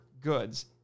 goods